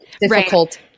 difficult